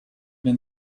been